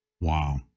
Wow